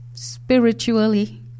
Spiritually